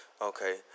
Okay